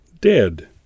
dead